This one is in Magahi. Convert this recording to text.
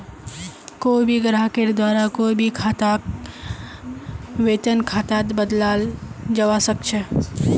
कोई भी ग्राहकेर द्वारा कोई भी खाताक वेतन खातात बदलाल जवा सक छे